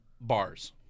bars